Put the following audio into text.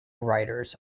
writers